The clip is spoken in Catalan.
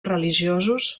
religiosos